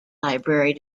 library